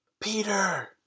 Peter